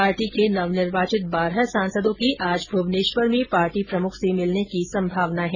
party के नवनिर्वाचित बारह सांसदों की आज भुवनेश्वर में पार्टी प्रमुख से मिलने की सम्भावना है